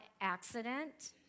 accident